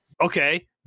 Okay